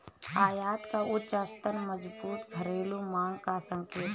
आयात का उच्च स्तर मजबूत घरेलू मांग का संकेत है